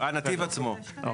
הנתיב עצמו.